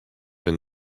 been